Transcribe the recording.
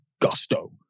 gusto